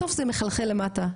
בסוף זה מחלחל למטה,